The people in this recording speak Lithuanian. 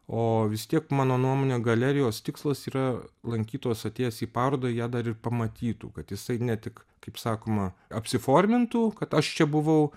o vis tiek mano nuomone galerijos tikslas yra lankytojas atėjęs į parodą ją dar ir pamatytų kad jisai ne tik kaip sakoma apsiformintų kad aš čia buvau